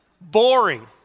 Boring